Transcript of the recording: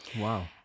wow